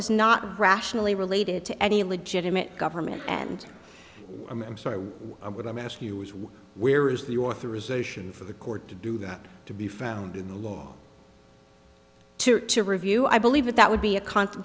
is not rationally related to any legitimate government and i'm sorry i'm going to ask you where is the authorization for the court to do that to be found in the law to to review i believe that that would be a constant